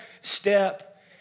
step